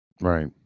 Right